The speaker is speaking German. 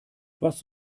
was